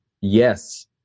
yes